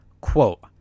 quote